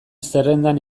zerrendan